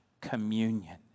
communion